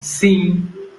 sim